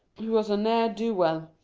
who was a ne'er-do-well,